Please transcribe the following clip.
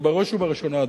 ובראש ובראשונה,